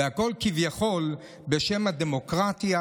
והכול כביכול בשם הדמוקרטיה,